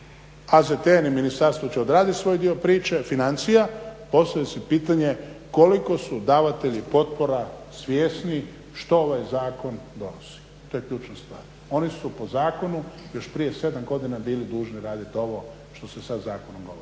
AZTN i Ministarstvo će odraditi svoj dio priče, financija. Postavlja se pitanje koliko su davatelji potpora svjesni što ovaj zakon donosi. To je ključna stvar. Oni su po zakonu još prije 7 godina bili dužni raditi ovo što se sad zakonom govori.